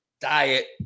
diet